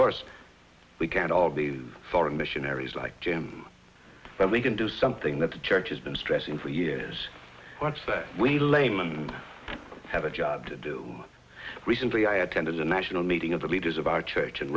course we can't all be foreign missionaries like jim but we can do something that the church has been stressing for years what's that we laymen have a job to do recently i attended a national meeting of the leaders of our church and